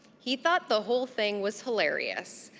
he thought the whole thing was hilarious,